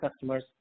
customers